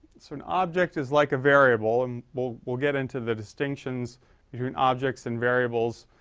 so an object is like a variable and we'll, we'll get into the distinctions between objects and variables